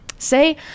Say